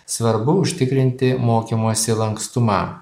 svarbu užtikrinti mokymosi lankstumą